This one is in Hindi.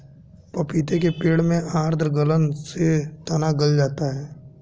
पपीते के पेड़ में आद्र गलन से तना गल जाता है